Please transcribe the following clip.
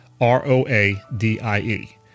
R-O-A-D-I-E